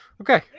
Okay